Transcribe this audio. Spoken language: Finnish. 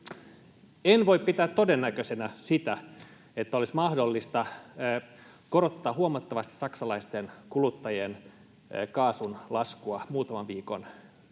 en voi pitää todennäköisenä sitä, että olisi mahdollista korottaa huomattavasti saksalaisten kuluttajien kaasulaskua muutaman viikon